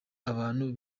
abantu